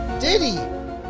Diddy